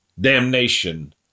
damnation